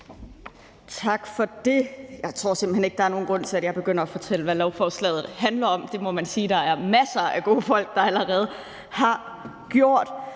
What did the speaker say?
Tak for det. Jeg tror simpelt hen ikke, at der er nogen grund til, at jeg begynder at fortælle, hvad lovforslaget handler om; det må man sige at der er masser af gode folk der allerede har gjort.